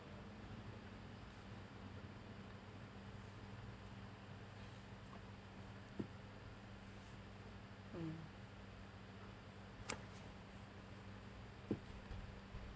mm